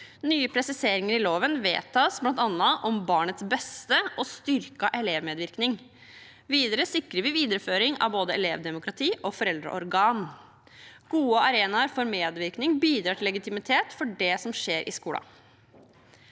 Nye presiseringer i loven vedtas, bl.a. om barnets beste og styrket elevmedvirkning. Videre sikrer vi videreføring av både elevdemokrati og foreldreorgan. Gode arenaer for medvirkning bidrar til legitimitet for det som skjer i skolen.